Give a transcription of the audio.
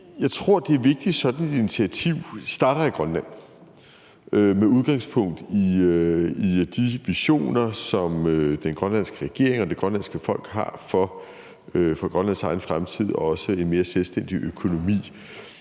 Jeg tror, det er vigtigt, at sådan et initiativ starter i Grønland og tager udgangspunkt i de visioner, som den grønlandske regering og det grønlandske folk har for Grønlands egen fremtid, og det gælder også en mere selvstændig økonomi.